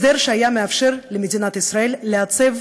הסדר שהיה מאפשר למדינת ישראל לעצב